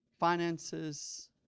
finances